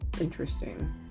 interesting